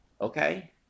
Okay